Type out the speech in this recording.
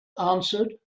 answered